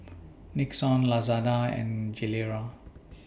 Nixon Lazada and Gilera